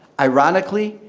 ironically,